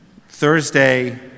Thursday